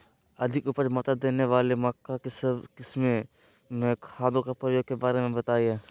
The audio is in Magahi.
अधिक उपज मात्रा देने वाली मक्का की किस्मों में खादों के प्रयोग के बारे में बताएं?